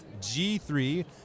G3